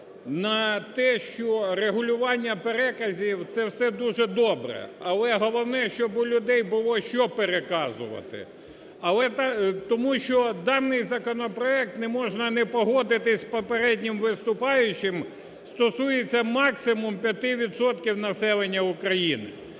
на те, що регулювання переказів це все дуже добре, але головне, щоб у людей було що переказувати. Тому що даний законопроект, не можна не погодитися з попереднім виступаючим, стосується максимум 5 відсотків населення України.